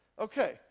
Okay